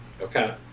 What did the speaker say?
Okay